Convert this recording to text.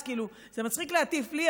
אז כאילו, זה מצחיק להטיף לי.